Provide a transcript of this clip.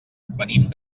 venim